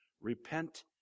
Repent